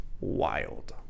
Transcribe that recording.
Wild